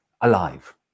alive